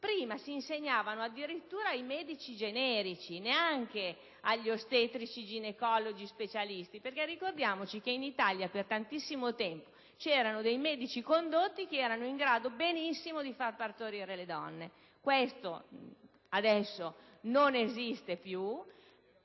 più, si insegnavano addirittura ai medici generici, neanche agli ostetrici e ai ginecologi specialisti: ricordiamoci che in Italia per tantissimo tempo c'erano i medici condotti che erano in grado, benissimo, di far partorire le donne. Ora è giusto che non si segua più